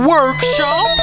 Workshop